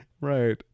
Right